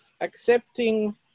accepting